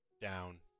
Down